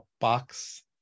box